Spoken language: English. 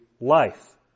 life